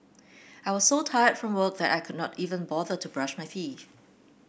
I was so tired from work that I could not even bother to brush my teeth